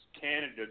candidates